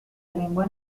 lengua